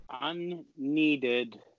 unneeded